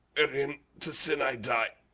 wherein to sin i die,